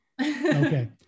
Okay